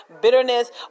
Bitterness